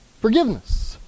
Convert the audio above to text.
forgiveness